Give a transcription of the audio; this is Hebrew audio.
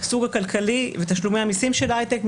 השגשוג הכלכלי ותשלומי המיסים של ההייטק,